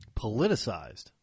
Politicized